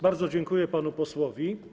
Bardzo dziękuję panu posłowi.